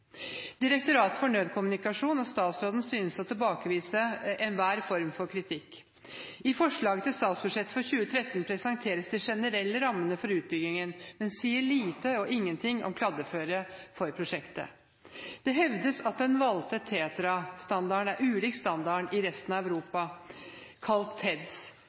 Direktoratet for nødkommunikasjon og statsråden synes å tilbakevise enhver form for kritikk. I forslaget til statsbudsjett for 2013 presenteres de generelle rammene for utbyggingen, men det sies lite eller ingenting om kladdeføret for prosjektet. Det hevdes at den valgte TETRA-standarden er ulik standarden i resten av Europa, kalt